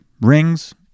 Rings